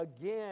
again